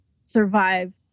survive